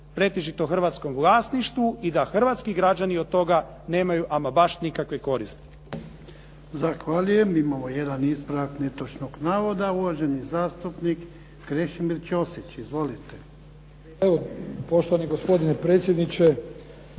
hrvatskom vlasništvu i da hrvatski građani od toga nemaju ama baš nikakve koristi.